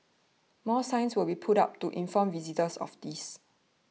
more signs will be put up to inform visitors of this